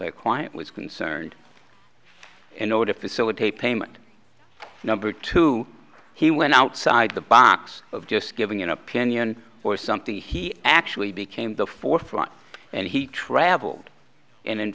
as a client was concerned in order to facilitate payment number two he went outside the box of just giving an opinion or something he actually became the forefront and he traveled and in